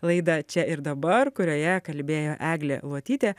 laidą čia ir dabar kurioje kalbėjo eglė luotytė